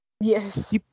Yes